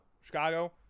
chicago